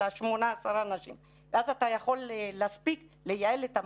השמונה-עשרה אנשים ואז אתה יכול לייעל את המערכת.